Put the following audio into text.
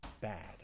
bad